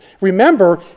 Remember